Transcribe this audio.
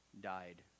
died